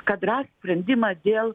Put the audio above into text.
kad rast sprendimą dėl